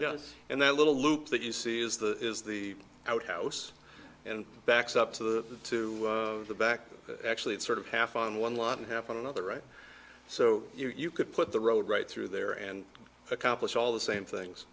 s and that little loop that you see is the is the outhouse and backs up to the to the back actually it's sort of half on one lot and happen another right so you could put the road right through there and accomplish all the same things